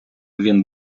він